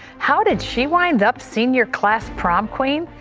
how did she wind up senior class prom queen?